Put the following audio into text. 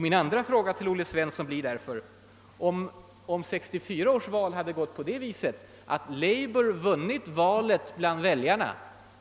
Min andra fråga till herr Svensson blir därför: Om 1964 års val i England hade resulterat i att labour vunnit valet bland väljarna